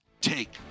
take